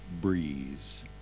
breeze